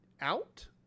out